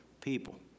people